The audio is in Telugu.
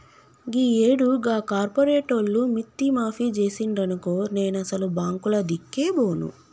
గీయేడు గా కార్పోరేటోళ్లు మిత్తి మాఫి జేసిండ్రనుకో నేనసలు బాంకులదిక్కే బోను